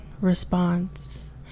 response